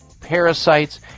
parasites